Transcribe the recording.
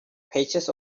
patches